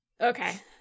Okay